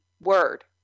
word